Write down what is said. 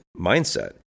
mindset